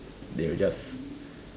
they will just